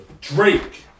Drake